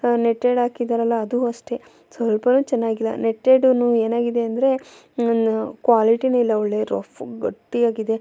netted ಹಾಕಿದ್ದಾರಲ್ಲ ಅದೂ ಅಷ್ಟೆ ಸ್ವಲ್ಪವೂ ಚೆನ್ನಾಗಿಲ್ಲ ನೆಟ್ಟೆಡೂ ಏನಾಗಿದೆ ಅಂದರೆ ಕ್ವಾಲಿಟಿಯೇ ಇಲ್ಲ ಒಳ್ಳೆ ರಫ್ ಗಟ್ಟಿಯಾಗಿದೆ